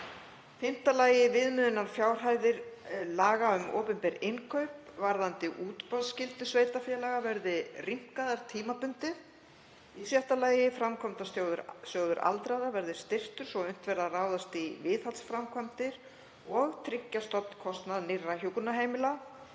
5. Viðmiðunarfjárhæðir laga um opinber innkaup varðandi útboðsskyldu sveitarfélaga verði rýmkaðar tímabundið. 6. Framkvæmdasjóður aldraðra verði styrktur svo að unnt verði að ráðast í viðhaldsframkvæmdir og tryggja stofnkostnað nýrra hjúkrunarheimila.